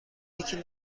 یکی